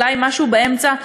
אולי משהו באמצע,